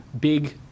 big